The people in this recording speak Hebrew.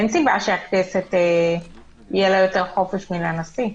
אין סיבה שלכנסת יהיה יותר חופש מאשר לנשיא.